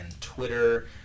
Twitter